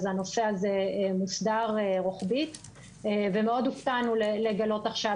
אז הנושא הזה מוסדר רוחבית ומאוד הופתענו לגלות עכשיו